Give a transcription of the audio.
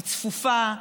היא צפופה.